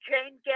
Jane